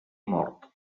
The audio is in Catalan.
mort